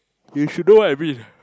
you should know what I mean